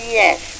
yes